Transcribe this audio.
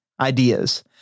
ideas